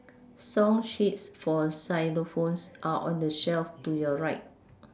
song sheets for xylophones are on the shelf to your right